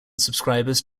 subscribers